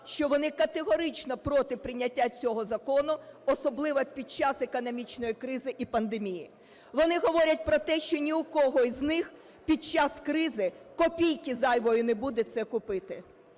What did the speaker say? що вони категорично проти прийняття цього закону, особливо під час економічної кризи і пандемії. Вони говорять про те, що ні в кого із них під час кризи копійки зайвої не буде це купити,